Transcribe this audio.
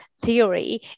theory